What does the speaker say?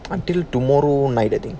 until tomorrow night I think